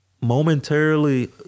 momentarily